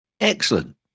Excellent